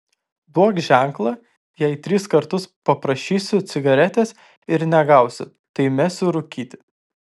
duok ženklą jei tris kartus paprašysiu cigaretės ir negausiu tai mesiu rūkyti